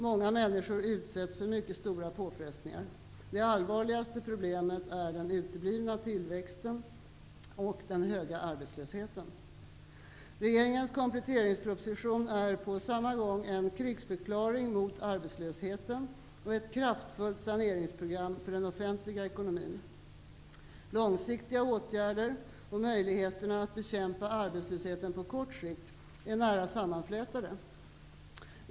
Många människor utsätts för mycket stora påfrestningar. Det allvarligase problemet är den uteblivna tillväxten och den höga arbetslösheten. Regeringens kompletteringsproposition är på samma gång en krigsförklaring mot arbetslösheten och ett kraftfullt saneringsprogram för den offentliga ekonomin. Långsiktiga åtgärder och möjligheterna att bekämpa arbetslösheten på kort sikt är nära sammanflätade.